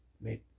made